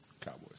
Cowboys